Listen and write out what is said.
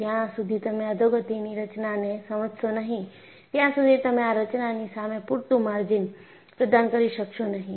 જ્યાં સુધી તમે અધોગતિની રચનાને સમજશો નહીં ત્યાં સુધી તમે આ રચનાની સામે પૂરતું માર્જિન પ્રદાન કરી શકશો નહીં